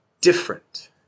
different